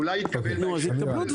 אולי יתקבלו בהמשך.